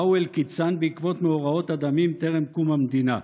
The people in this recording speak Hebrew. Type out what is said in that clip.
באו אל קיצן בעקבות מאורעות הדמים טרם קום המדינה.